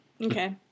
Okay